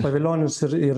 pavilionis ir ir